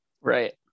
Right